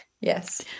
yes